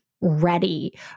ready